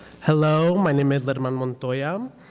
hello. my name is lermon montoya. um